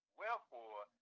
Wherefore